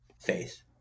faith